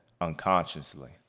unconsciously